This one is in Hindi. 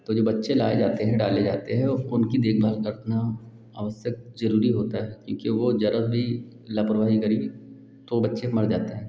तो जो बच्चे लाए जाते हैं डाले जाते हैं उनकी देखभाल करना आवश्यक ज़रूरी होता है क्योंकि वह जरा भी लापरवाही करी तो वह बच्चे मर जाते हैं